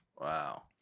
Wow